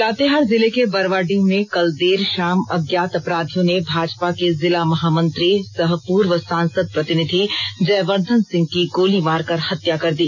लातेहार जिले के बरवाडीह में कल देर शाम अज्ञात अपराधियों ने भाजपा के जिला महामंत्री सह पूर्व सांसद प्रतिनिधि जयवर्धन सिंह की गोली मारकर हत्या कर दी